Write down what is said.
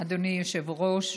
אדוני היושב-ראש.